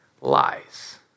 lies